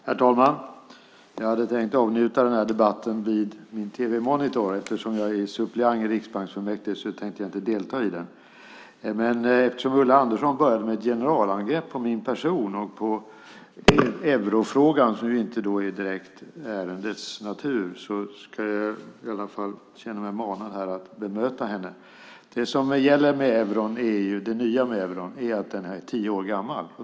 Herr talman! Jag hade tänkt avnjuta den här debatten vid min tv-monitor. Eftersom jag är suppleant i riksbanksfullmäktige tänkte jag inte delta i debatten, men eftersom Ulla Andersson började med ett generalangrepp på min person och på eurofrågan, som ju inte direkt är ärendets natur känner jag mig i alla fall manad att bemöta henne. Det som gäller med euron, det nya med euron, är att den tio år gammal.